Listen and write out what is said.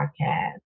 Podcast